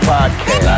Podcast